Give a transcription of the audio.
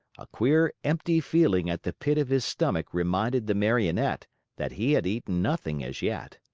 a queer, empty feeling at the pit of his stomach reminded the marionette that he had eaten nothing as yet.